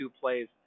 plays